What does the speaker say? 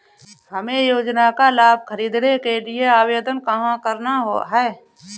हमें योजना का लाभ ख़रीदने के लिए आवेदन कहाँ करना है?